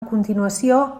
continuació